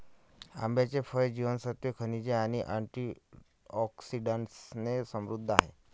आंब्याचे फळ जीवनसत्त्वे, खनिजे आणि अँटिऑक्सिडंट्सने समृद्ध आहे